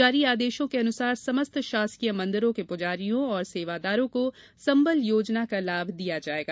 जारी आदेशों के अनुसार समस्त शासकीय मंदिरों के पूजारियों और सेवादारों को संबल योजना का लाभ दिया जायेगा